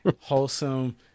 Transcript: wholesome